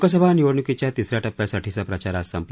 लोकसभा निवडण्कीच्या तिसर्या टप्प्यासाठीचा प्रचार आज संपला